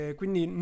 quindi